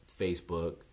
Facebook